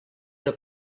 una